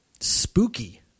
spooky